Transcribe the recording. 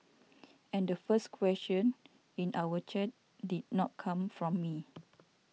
and the first question in our chat did not come from me